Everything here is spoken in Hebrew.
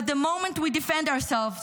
but the moment we defend ourselves,